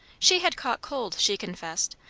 she had caught cold, she confessed,